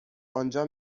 آنجا